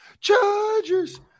Chargers